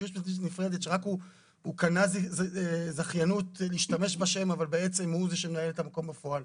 שהוא קנה זכיינות להשתמש בשם אבל בעצם הוא זה שמנהל את המקום בפועל,